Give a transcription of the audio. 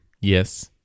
Yes